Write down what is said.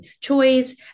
choice